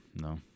No